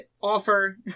offer